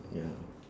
ya